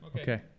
Okay